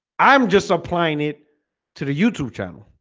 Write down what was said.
i'm just applying it to the youtube channel.